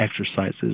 exercises